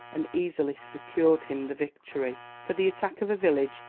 and easily secured him the victory. for the attack of a village,